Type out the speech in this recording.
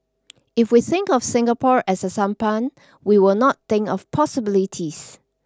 if we think of Singapore as a sampan we will not think of possibilities